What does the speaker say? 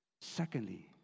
Secondly